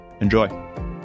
Enjoy